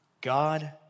God